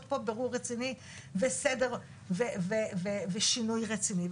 פה בירור רציני וסדר ושינוי רציני.